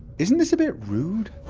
isn't this a bit rude?